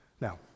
Now